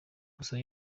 gusa